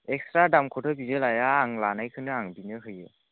extra दामखौथ' बिदि लाया आं लानायखौनो आं बिनो होयो